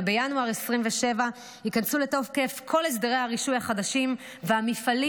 ובינואר 2027 ייכנסו לתוקף כל הסדרי הרישוי החדשים והמפעלים